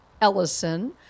Ellison